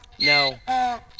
no